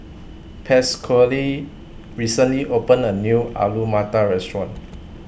Pasquale recently opened A New Alu Matar Restaurant